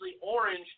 Orange